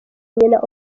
nyina